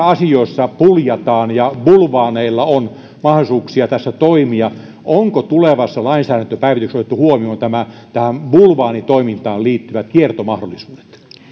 asioissa puljataan ja bulvaaneilla on mahdollisuuksia tässä toimia onko tulevassa lainsäädäntöpäivityksessä otettu huomioon tähän bulvaanitoimintaan liittyvät kiertomahdollisuudet